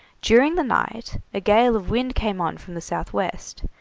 during the night a gale of wind came on from the south-west,